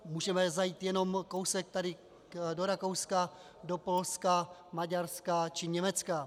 Můžeme zajít jenom kousek tady do Rakouska, do Polska, Maďarska či Německa.